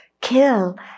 Kill